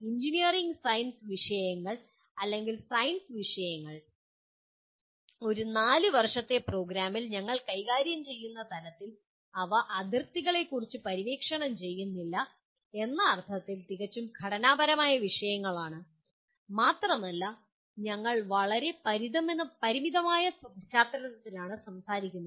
engineering science വിഷയങ്ങൾ അല്ലെങ്കിൽ science വിഷയങ്ങൾ ഒരു 4 വർഷത്തെ പ്രോഗ്രാമിൽ ഞങ്ങൾ കൈകാര്യം ചെയ്യുന്ന തലത്തിൽ അവ അതിർത്തികളെക്കുറിച്ച് പര്യവേക്ഷണം ചെയ്യുന്നില്ല എന്ന അർത്ഥത്തിൽ തികച്ചും ഘടനാപരമായ വിഷയങ്ങളാണ് മാത്രമല്ല ഞങ്ങൾ വളരെ പരിമിതമായ പശ്ചാത്തലത്തിലാണ് സംസാരിക്കുന്നത്